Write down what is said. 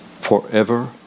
forever